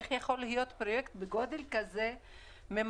איך יכול להיות פרויקט בגודל כזה שממהרים